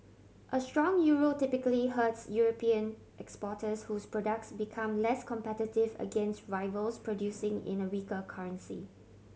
a strong Euro typically hurts European exporters whose products become less competitive against rivals producing in a weaker currency